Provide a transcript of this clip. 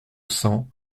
cents